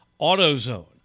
AutoZone